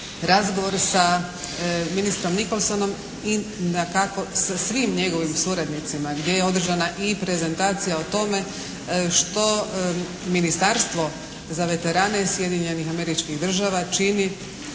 razgovor sa ministrom Nickolsonom i dakako sa svim njegovim suradnicima gdje je održana i prezentacija o tome što Ministarstvo za veterane Sjedinjenih Američkih Država čini